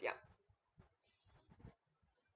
yup